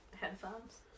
headphones